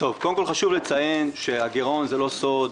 חשוב לציין שהגרעון זה לא סוד,